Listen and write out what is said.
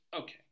Okay